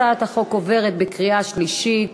הצעת החוק עברה בקריאה שלישית